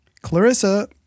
Clarissa